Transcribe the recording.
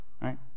right